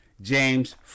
James